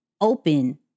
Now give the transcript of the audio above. open